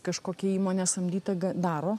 kažkokia įmonė samdyta g daro